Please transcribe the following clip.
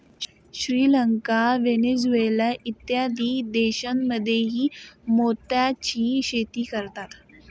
Sri Lanka, Venezuela इत्यादी देशांमध्येही मोत्याची शेती करतात